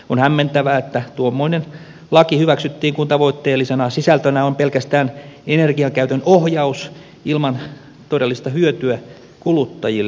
on hämmentävää että tuommoinen laki hyväksyttiin kun tavoitteellisena sisältönä on pelkästään energiankäytön ohjaus ilman todellista hyötyä kuluttajille